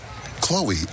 Chloe